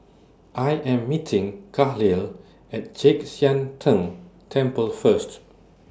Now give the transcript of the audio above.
I Am meeting Kahlil At Chek Sian Tng Temple First